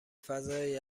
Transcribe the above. فضای